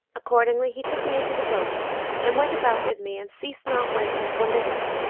accordingly he took me into the boat and went about with me and ceased not wending till midnight,